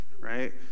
right